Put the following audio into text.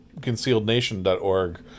ConcealedNation.org